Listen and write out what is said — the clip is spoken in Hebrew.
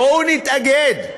בואו נתאגד.